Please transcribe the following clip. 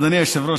אדוני היושב-ראש,